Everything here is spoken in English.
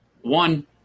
One